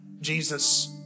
Jesus